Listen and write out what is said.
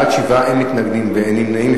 בעד, 7, אין מתנגדים ואין נמנעים.